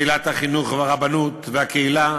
החינוך, הרבנות והקהילה,